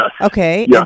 Okay